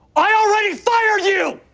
i already fired you.